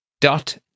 dot